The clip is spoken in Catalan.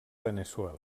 veneçuela